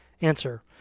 Answer